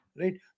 right